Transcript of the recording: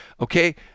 okay